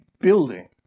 building